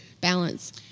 balance